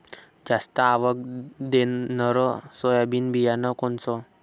जास्त आवक देणनरं सोयाबीन बियानं कोनचं?